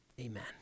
Amen